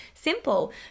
simple